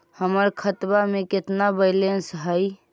हमर खतबा में केतना बैलेंस हई?